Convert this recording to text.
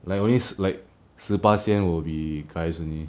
like only like 十巴仙 will be guys only